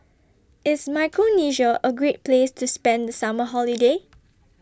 IS Micronesia A Great Place to spend The Summer Holiday